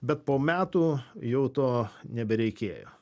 bet po metų jau to nebereikėjo